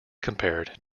compared